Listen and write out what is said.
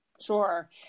Sure